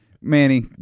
manny